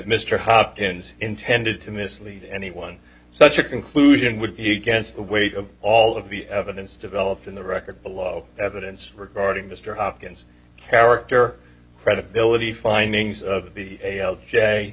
mr hopkins intended to mislead anyone such a conclusion would be against the weight of all of the evidence developed in the record below evidence regarding mr hopkins character credibility findings of the